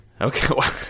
Okay